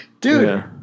dude